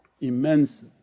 immense